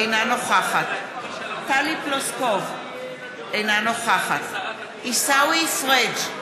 אינה נוכחת טלי פלוסקוב, אינה נוכחת עיסאווי פריג'